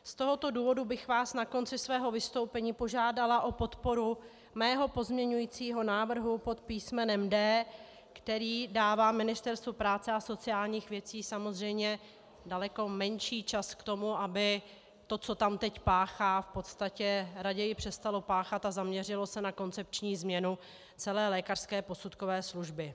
Z tohoto důvodu bych vás na konci svého vystoupení požádala o podporu svého pozměňovacího návrhu pod písmenem D, který dává Ministerstvu práce a sociálních věcí samozřejmě daleko menší čas k tomu, aby to, co tam teď páchá, raději přestalo páchat a zaměřilo se na koncepční změnu celé lékařské posudkové služby.